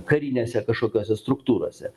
karinėse kažkokiose struktūrose